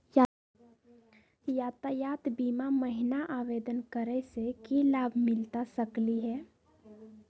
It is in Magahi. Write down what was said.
यातायात बीमा महिना आवेदन करै स की लाभ मिलता सकली हे?